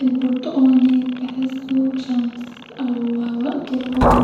البرتقاني بحسو شمس-او-وقت الغروب